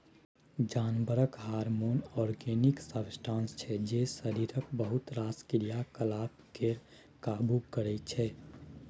जानबरक hormone organic substance छै जे शरीरक बहुत रास क्रियाकलाप केँ काबु करय छै